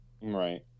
right